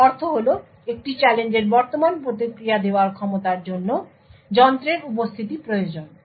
এর অর্থ হল একটি চ্যালেঞ্জের বর্তমান প্রতিক্রিয়া দেওয়ার ক্ষমতার জন্য যন্ত্রের উপস্থিতি প্রয়োজন